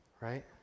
right